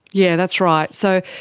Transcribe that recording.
yeah that's right. so,